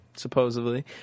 Supposedly